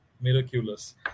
miraculous